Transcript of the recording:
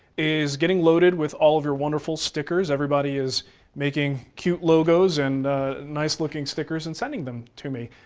is getting loaded with all of your wonderful stickers. everybody is making cute logos and nice looking stickers and sending them to me.